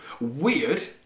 weird